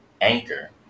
Anchor